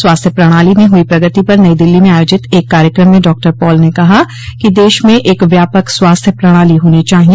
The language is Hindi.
स्वास्थ्य प्रणाली में हुई प्रगति पर नई दिल्ली में आयोजित एक कार्यक्रम में डॉ पॉल ने कहा कि देश में एक व्यापक स्वास्थ्य प्रणाली होनी चाहिए